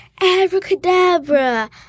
abracadabra